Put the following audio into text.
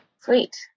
Sweet